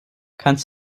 kannst